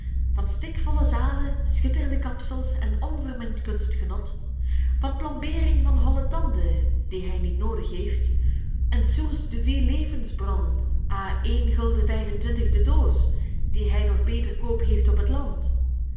van stikvolle zalen schitterende kapsels en onvermengd kunstgenot van plombeering van holle tanden die hij niet noodig heeft en source de vie levensbron a een gulden vijf-en-twintig de doos die hij nog beterkoop heeft op het land